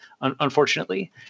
unfortunately